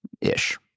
ish